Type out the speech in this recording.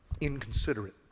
inconsiderate